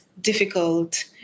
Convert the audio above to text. difficult